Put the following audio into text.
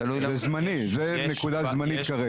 זה זמני, זו נקודה זמנית כרגע.